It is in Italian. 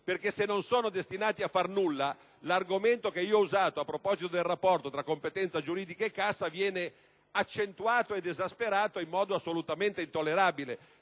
perché se non sono destinati a fare nulla l'argomento che ho usato a proposito del rapporto tra competenza giuridica e cassa viene accentuato ed esasperato in modo assolutamente intollerabile.